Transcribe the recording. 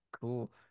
cool